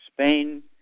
Spain